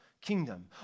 kingdom